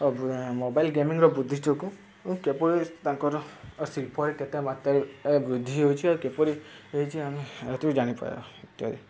mobile ଗେମିଂର ବୃଦ୍ଧିଯୋଗୁ କିପରି ତାଙ୍କର ଶିଳ୍ପରେ କେତେ ମାତ୍ରାରେ ବୃଦ୍ଧି ହୋଇଛି ଆଉ କିପରି ହେଇଛି ଆମେ ହେଥିରୁ ଜାଣିପାରିବା ଇତ୍ୟାଦି